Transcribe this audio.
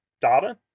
data